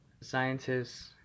scientists